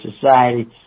society